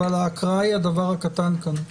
אבל ההקראה היא הדבר הקטן כאן.